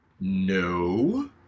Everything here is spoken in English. No